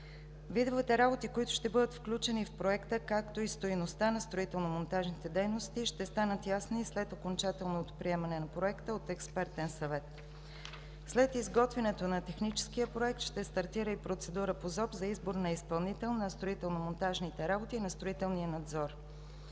Видовете работи, които ще бъдат включени в проекта, както и стойността на строително-монтажните дейности, ще станат ясни след окончателното приемане на проекта от експертен съвет. След изготвянето на техническия проект ще стартира и процедура по ЗОП за избор на изпълнител на строително-монтажните работи на строителния надзор.